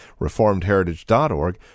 reformedheritage.org